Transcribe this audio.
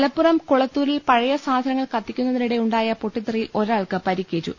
മലപ്പുറം കൊളത്തൂരിൽ പൃഴയസാധനങ്ങൾ കത്തിക്കു ന്നതിനിടെ ഉണ്ടായ പൊട്ടിത്തെറിയിൽ ഒരാൾക്ക് പരിക്കേറ്റു